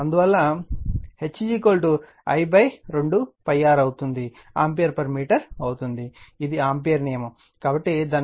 అందువల్ల H I 2 π r ampere meter అవుతుంది ఇది ఆంపియర్ నియమం కాబట్టి దాన్ని శుభ్రం చేద్దాం